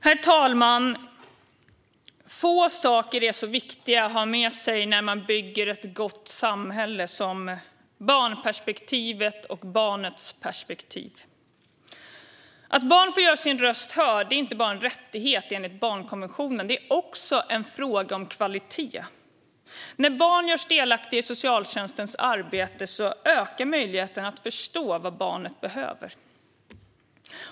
Herr talman! Få saker är så viktiga att ha med sig när vi bygger ett gott samhälle som barnperspektivet och barnets perspektiv. Att barn får göra sin röst hörd är inte bara en rättighet enligt barnkonventionen utan också en fråga om kvalitet. När barn görs delaktiga i socialtjänstens arbete ökar möjligheterna att förstå vad barnet behöver.